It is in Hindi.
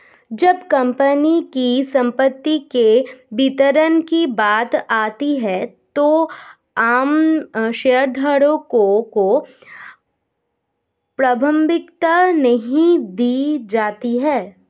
जब कंपनी की संपत्ति के वितरण की बात आती है तो आम शेयरधारकों को प्राथमिकता नहीं दी जाती है